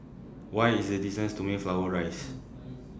What IS The distance to Mayflower Rise